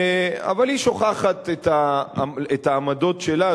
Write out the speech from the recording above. אבל היא שוכחת את העמדות שלה,